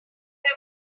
got